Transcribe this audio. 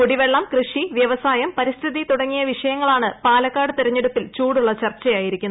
കൂടിവെള്ളം കൃഷി വൃവസായം പരിസ്ഥിതി തുടങ്ങിയ വിഷയങ്ങളാണ് പാലക്കാട് തെരഞ്ഞെടുപ്പിൽ ചൂടുള്ള ചർച്ചയായിരിക്കുന്നത്